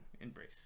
embrace